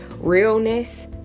realness